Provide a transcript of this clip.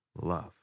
love